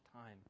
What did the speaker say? time